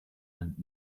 and